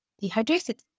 dehydrated